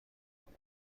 کمک